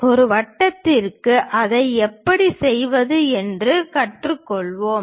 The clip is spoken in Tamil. ஒரு வட்டத்திற்கு அதை எப்படி செய்வது என்று கற்றுக்கொள்வோம்